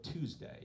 Tuesday